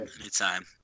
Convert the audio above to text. Anytime